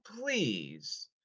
please